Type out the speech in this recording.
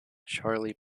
charley